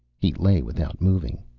he lay without moving.